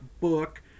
book